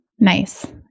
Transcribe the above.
Nice